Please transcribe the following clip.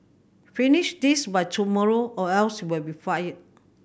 finish this by tomorrow or else we'll be fired